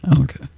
Okay